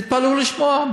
תתפלאו לשמוע,